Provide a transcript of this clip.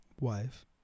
wife